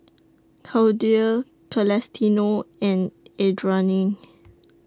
Clydie Celestino and Adriane